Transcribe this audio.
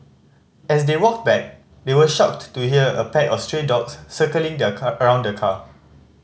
as they walked back they were shocked to here a pack of stray dogs circling the car around the car